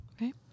Right